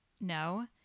no